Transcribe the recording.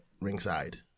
ringside